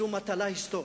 היא מטלה היסטורית,